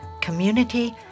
Community